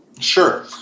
Sure